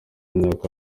imyaka